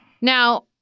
Now